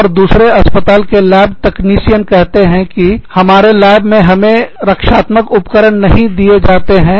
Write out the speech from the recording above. और दूसरे अस्पताल के लैब तकनीशियन कहते हैं हमारे लैब में हमें रक्षात्मक उपकरण नहीं दिए जाते हैं